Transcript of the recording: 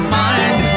mind